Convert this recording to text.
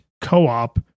co-op